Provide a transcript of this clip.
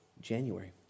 January